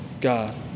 God